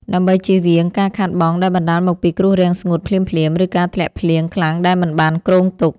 ដើម្បីជៀសវាងការខាតបង់ដែលបណ្ដាលមកពីគ្រោះរាំងស្ងួតភ្លាមៗ ឬការធ្លាក់ភ្លៀងខ្លាំងដែលមិនបានគ្រោងទុក។